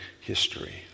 history